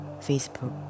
Facebook